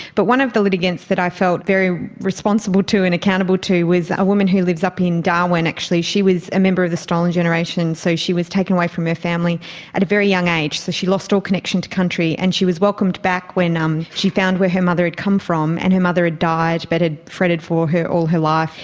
but one of the litigants that i felt very responsible to and accountable to was a woman who lives up in darwin actually. she was a member of the stolen generation, so she was taken away from her family at a very young age, so she lost all connection to country. and she was welcomed back when um she found where her mother had come from and her mother had died but had fretted for her all her life.